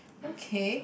okay